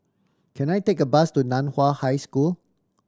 can I take a bus to Nan Hua High School